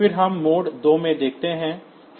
फिर हम मोड 2 में देखते हैं